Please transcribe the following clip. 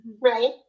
right